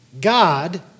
God